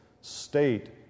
state